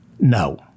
No